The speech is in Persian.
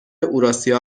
اوراسیا